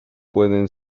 pueden